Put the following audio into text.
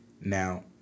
Now